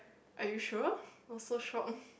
are you sure I was so shocked